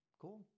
Cool